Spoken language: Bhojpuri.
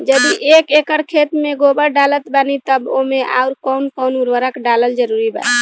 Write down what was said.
यदि एक एकर खेत मे गोबर डालत बानी तब ओमे आउर् कौन कौन उर्वरक डालल जरूरी बा?